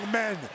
men